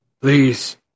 Please